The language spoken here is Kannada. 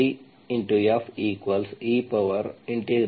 ಆದ್ದರಿಂದ ಇದು I